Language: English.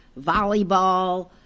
volleyball